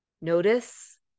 notice